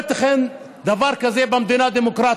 לא ייתכן דבר כזה במדינה דמוקרטית,